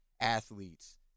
athletes